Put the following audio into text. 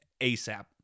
asap